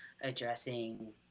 addressing